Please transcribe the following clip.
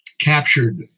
captured